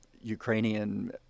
Ukrainian